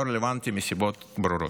הוא לא רלוונטי מסיבות ברורות.